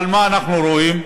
אבל מה אנחנו רואים?